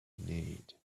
need